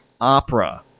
opera